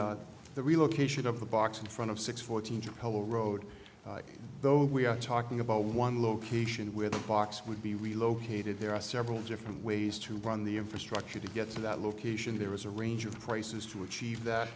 box the relocation of the box in front of six fourteen chapelle road though we are talking about one location where the box would be relocated there are several different ways to run the infrastructure to get to that location there is a range of prices to achieve that